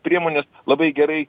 priemonės labai gerai